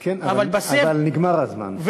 כן, אבל נגמר הזמן.